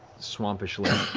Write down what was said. swampish land.